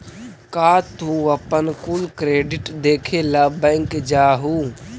का तू अपन कुल क्रेडिट देखे ला बैंक जा हूँ?